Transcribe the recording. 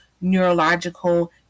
neurological